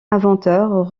inventeurs